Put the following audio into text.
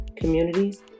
communities